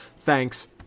Thanks